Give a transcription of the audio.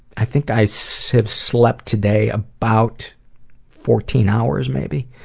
i think i so have slept today about fourteen hours maybe.